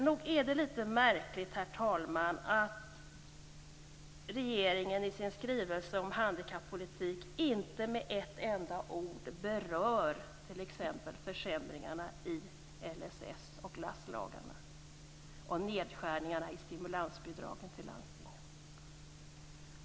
Nog är det litet märkligt, herr talman, att regeringen i sin skrivelse om handikappolitik inte med ett enda ord berör t.ex. försämringarna i LSS och LASS och nedskärningarna i stimulansbidragen till landstingen.